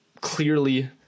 clearly